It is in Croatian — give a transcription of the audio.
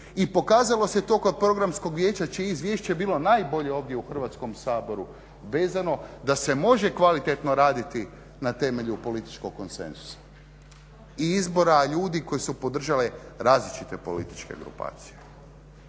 i pokazalo se to kod programskog vijeća čije je izvješće bilo najbolje ovdje u Hrvatskom saboru vezano da se može kvalitetno raditi na temelju političkog konsenzusa i izbora ljudi koji su podržale različite političke grupacije.